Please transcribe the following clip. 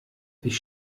ich